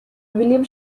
william